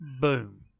Boom